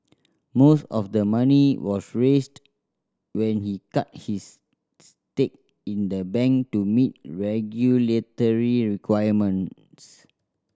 most of the money was raised when he cut his stake in the bank to meet regulatory requirements